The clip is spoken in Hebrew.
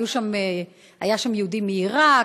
היה שם יהודי מעיראק,